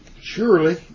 surely